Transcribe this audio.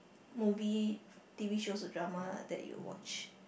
movie TV shows or drama that you watch